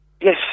Yes